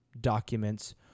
documents